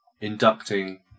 inducting